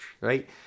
right